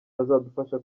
azadufasha